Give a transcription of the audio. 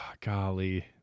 Golly